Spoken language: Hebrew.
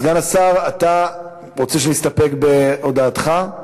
סגן השר, אתה רוצה שנסתפק בהודעתך?